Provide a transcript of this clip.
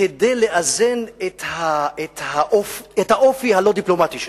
כדי לאזן את האופי הלא-דיפלומטי שלו.